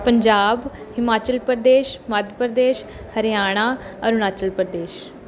Punjab Himachal Pradesh Madhya Pradesh Haryana Arunachal Pradesh